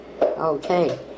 Okay